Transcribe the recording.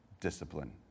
discipline